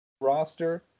roster